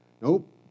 Nope